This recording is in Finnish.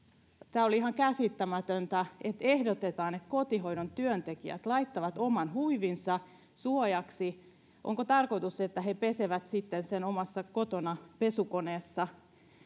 tämä oli ihan käsittämätöntä että ehdotetaan että kotihoidon työntekijät laittavat oman huivinsa suojaksi onko tarkoitus että he pesevät sitten sen omassa kotona pesukoneessa